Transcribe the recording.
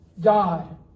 God